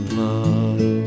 love